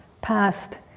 past